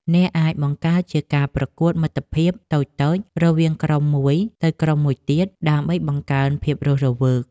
អ្នកអាចបង្កើតជាការប្រកួតមិត្តភាពតូចៗរវាងក្រុមមួយទៅក្រុមមួយទៀត ដើម្បីបង្កើនភាពរស់រវើក។